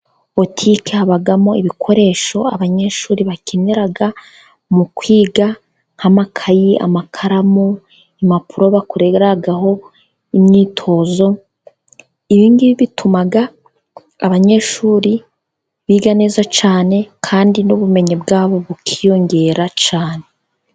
Botike habamo ibikoresho abanyeshuri bakenera mu kwiga, nk'amakayi, amakaramu, impapuro bakoreraho imyitozo, ibingibi bituma abanyeshuri biga neza cyane, kandi n'ubumenyi bwabo bukiyongera cyane.